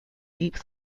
deep